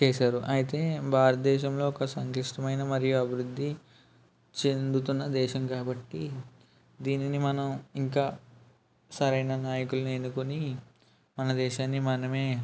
చేశారు అయితే భారతదేశంలో ఒక సంకిష్టమైన మరియు అభివృద్ధి చెందుతున్న దేశం కాబట్టి దీనిని మనం ఇంక సరైన నాయకులను ఎన్నుకొని మన దేశాన్ని మనమే